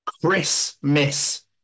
Christmas